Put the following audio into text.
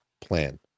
plan